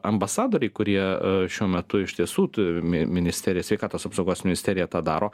ambasadoriai kurie šiuo metu iš tiesų tu mi ministerija sveikatos apsaugos ministerija tą daro